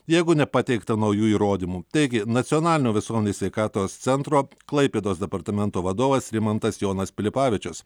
jeigu nepateikta naujų įrodymų teigė nacionalinio visuomenės sveikatos centro klaipėdos departamento vadovas rimantas jonas pilipavičius